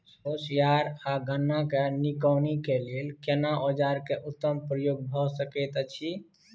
कोसयार आ गन्ना के निकौनी के लेल केना औजार के उत्तम प्रयोग भ सकेत अछि?